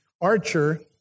archer